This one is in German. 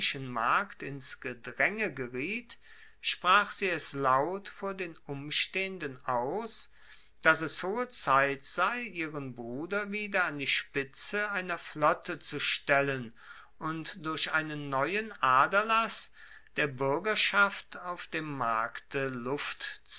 markt ins gedraenge geriet sprach sie es laut vor den umstehenden aus dass es hohe zeit sei ihren bruder wieder an die spitze einer flotte zu stellen und durch einen neuen aderlass der buergerschaft auf dem markte luft